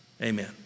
amen